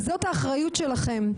זאת האחריות שלכם.